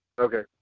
Okay